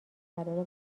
قراره